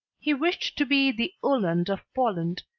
he wished to be the uhland of poland,